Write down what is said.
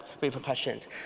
repercussions